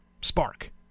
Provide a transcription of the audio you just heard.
spark